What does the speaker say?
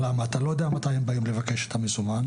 מה המשמעות של 33%?